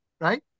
right